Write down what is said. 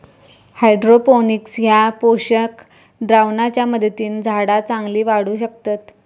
hydroponics ह्या पोषक द्रावणाच्या मदतीन झाडा चांगली वाढू शकतत